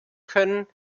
können